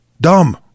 Dumb